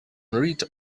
read